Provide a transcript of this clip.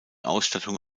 ausstattung